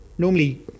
Normally